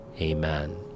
Amen